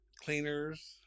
cleaners